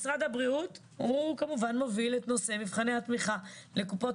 משרד הבריאות הוא כמובן מוביל את נושא מבחני התמיכה לקופות